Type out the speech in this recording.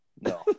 No